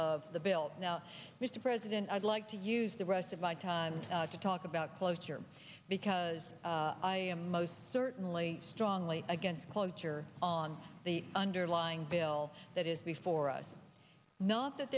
of the bill now mr president i'd like to use the rest of my time to talk about cloture because i am most certainly strongly against cloture on the underlying bill that is before us not that